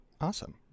Awesome